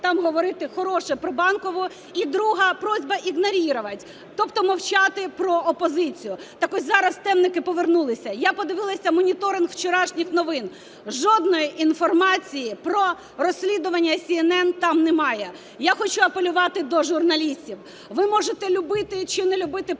там говорити хороше про Банкову, і друга – просьба игнорировать, тобто мовчати про опозицію. Так ось зараз темники повернулися. Я подивилася моніторинг вчорашніх новин: жодної інформації про розслідування СNN там немає. Я хочу апелювати до журналістів: ви можете любити чи не любити Порошенка